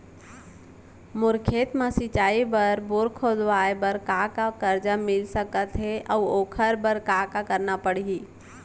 मोर खेत म सिंचाई बर बोर खोदवाये बर का का करजा मिलिस सकत हे अऊ ओखर बर का का करना परही?